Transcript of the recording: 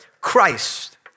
Christ